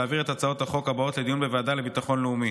הכנסת החליטה להעביר את הצעות החוק הבאות לדיון בוועדה לביטחון לאומי: